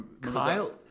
Kyle